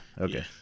okay